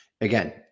again